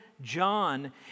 John